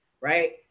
right